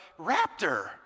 raptor